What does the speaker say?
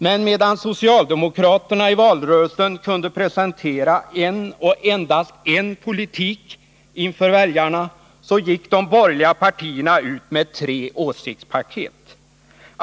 Men medan socialdemokraterna i valrörelsen kunde presentera en — och endast en — politik inför väljarna, så gick de borgerliga partierna ut med tre åsiktspaket.